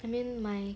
I mean my